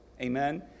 Amen